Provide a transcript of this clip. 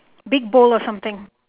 big bowl of something